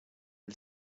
del